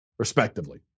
Respectively